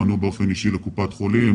לקופת חולים,